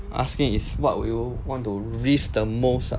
asking is what would you want to risk the most ah